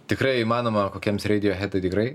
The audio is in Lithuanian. tikrai įmanoma kokiems reidijo tai tikrai